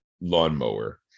lawnmower